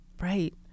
Right